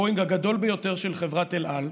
הבואינג הגדול ביותר של חברת אל על,